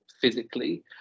physically